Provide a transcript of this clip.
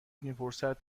میپرسد